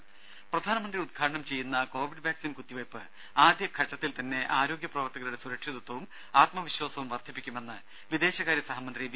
രും പ്രധാനമന്ത്രി ഉദ്ഘാടനം ചെയ്യുന്ന കൊവിഡ് വാക്സിൻ കുത്തിവയ്പ് ആദ്യ ഘട്ടത്തിൽ തന്നെ ആരോഗ്യ പ്രവർത്തകരുടെ സുരക്ഷിതത്വവും ആത്മവിശ്വാസവും വർദ്ധിപ്പിക്കുമെന്ന് വിദേശകാര്യ സഹമന്ത്രി വി